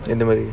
in the way